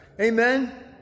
Amen